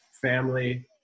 family